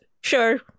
sure